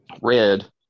Red